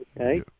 okay